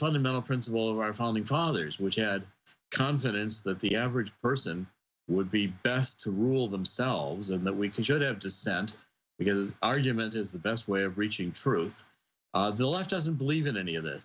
fundamental principle of our founding fathers which had confidence that the average person would be best to rule themselves and that we could should have just sent because argument is the best way of reaching truth the left doesn't believe in any of th